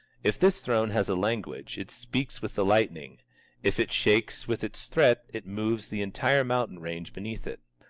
if this throne has a language, it speaks with the lightning if it shakes with its threat, it moves the entire mountain range beneath it.